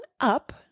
up